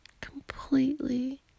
completely